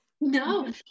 No